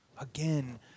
Again